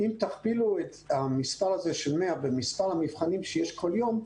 אם תכפילו את המספר הזה של 100 במספר הנבחנים שיש כל יום,